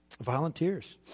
Volunteers